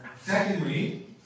Secondly